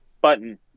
button